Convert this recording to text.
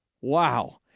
Wow